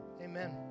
amen